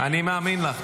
אני מאמין לך.